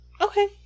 Okay